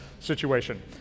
situation